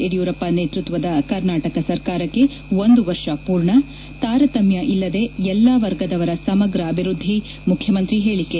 ಯಡಿಯೂರಪ್ಪ ನೇತೃತ್ವದ ಕರ್ನಾಟಕ ಸರ್ಕಾರಕ್ಕೆ ಒಂದು ವರ್ಷ ಪೂರ್ಣ ತಾರತಮ್ಚ ಇಲ್ಲದೆ ಎಲ್ಲಾ ವರ್ಗದವರ ಸಮಗ್ರ ಅಭಿವೃದ್ದಿ ಮುಖ್ಯಮಂತ್ರಿ ಹೇಳಿಕೆ